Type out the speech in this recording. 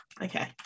Okay